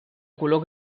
color